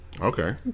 Okay